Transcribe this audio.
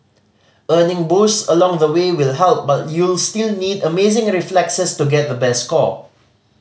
earning boosts along the way will help but you'll still need amazing reflexes to get the best score